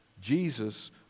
Jesus